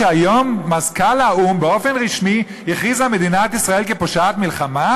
שהיום מזכ"ל האו"ם הכריז באופן רשמי על מדינת ישראל כפושעת מלחמה?